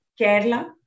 Kerala